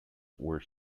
were